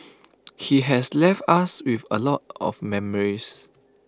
he has left us with A lot of memories